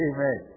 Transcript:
Amen